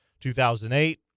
2008